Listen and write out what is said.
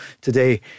today